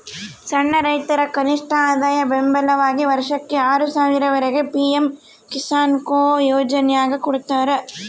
ಸಣ್ಣ ರೈತರ ಕನಿಷ್ಠಆದಾಯ ಬೆಂಬಲವಾಗಿ ವರ್ಷಕ್ಕೆ ಆರು ಸಾವಿರ ವರೆಗೆ ಪಿ ಎಂ ಕಿಸಾನ್ಕೊ ಯೋಜನ್ಯಾಗ ಕೊಡ್ತಾರ